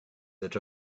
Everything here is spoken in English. that